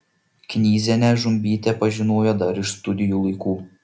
knyzienę žumbytė pažinojo dar iš studijų laikų